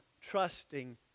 trusting